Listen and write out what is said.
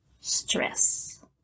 stress